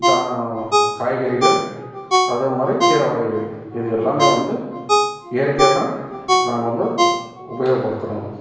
காய்கறிகள் அதே மாதிரி கீரை வகைகள் இது எல்லாமே வந்து இயற்கையாக தான் நாங்கள் வந்து உபயோகப்படுத்துகிறோம்